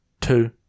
two